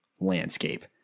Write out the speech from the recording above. landscape